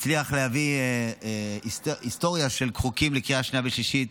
הצליח להביא היסטוריה של חוקים לקריאה שנייה ושלישית,